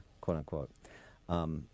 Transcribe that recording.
quote-unquote